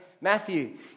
Matthew